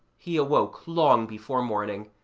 he awoke long before morning,